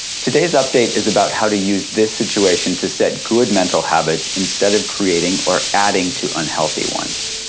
today's update is about how to use this situation to set good mental habits instead of creating or adding to unhealthy ones